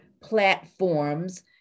platforms